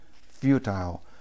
futile